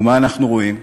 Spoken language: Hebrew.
ומה אנחנו רואים?